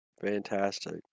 Fantastic